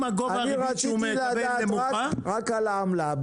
אני רציתי לדעת רק על העמלה.